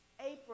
April